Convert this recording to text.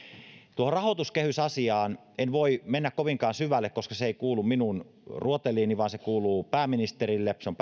tuohon rahoituskehysasiaan en voi mennä kovinkaan syvälle koska se ei kuulu minun rooteliini vaan se kuuluu pääministerille se on